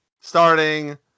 Starting